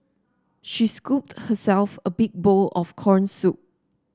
she scooped herself a big bowl of corn soup